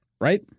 right